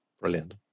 Brilliant